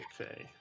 Okay